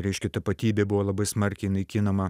reiškia tapatybė buvo labai smarkiai naikinama